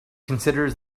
considers